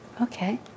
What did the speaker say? Okay